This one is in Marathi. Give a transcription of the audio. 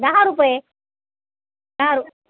दहा रुपये हां